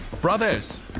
Brothers